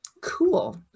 Cool